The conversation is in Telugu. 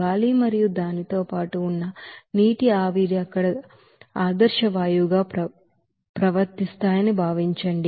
గాలి మరియు దానితో పాటు ఉన్న నీటి ఆవిరి అక్కడ ఐడీఎల్ గ్యాస్ గా ప్రవర్తిస్తాయని భావించండి